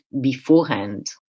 beforehand